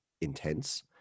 intense